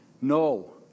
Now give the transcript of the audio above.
no